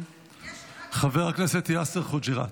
חבר הכנסת יאסר חוג'יראת.